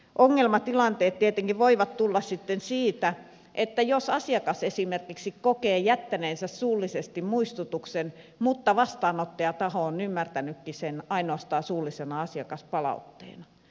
ongelmatilanteet tietenkin voivat tulla sitten siitä jos asiakas esimerkiksi kokee jättäneensä suullisesti muistutuksen mutta vastaanottajataho on ymmärtänytkin sen ainoastaan suullisena asiakaspalautteena